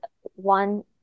one